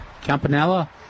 Campanella